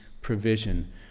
provision